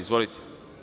Izvolite.